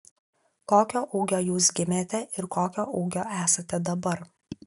kokio ūgio jūs gimėte ir kokio ūgio esate dabar